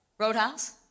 Roadhouse